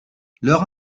leurs